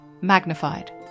magnified